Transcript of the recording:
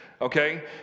okay